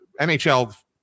NHL